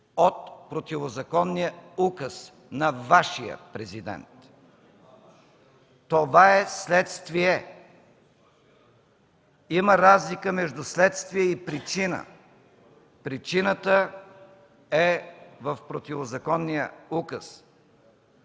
от противозаконния указ на Вашия президент. Това е следствие! Има разлика между следствие и причина. Причината е в противозаконния указ.